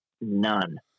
none